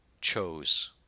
chose